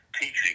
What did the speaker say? Teaching